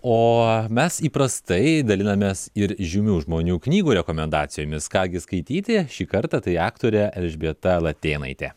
o mes įprastai dalinamės ir žymių žmonių knygų rekomendacijomis ką gi skaityti šį kartą tai aktorė elžbieta latėnaitė